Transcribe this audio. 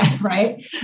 Right